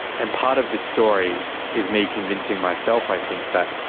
and part of this story is me convincing myself i think that.